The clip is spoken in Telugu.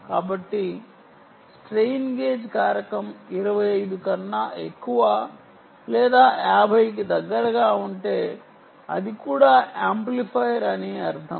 కాబట్టి స్ట్రెయిన్ గేజ్ కారకం 25 కన్నా ఎక్కువ లేదా 50 కి దగ్గరగా ఉంటే అది కూడా యాంప్లిఫైయర్ అని అర్థం